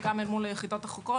וגם אל מול היחידות החוקרות,